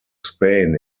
spain